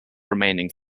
remaining